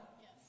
Yes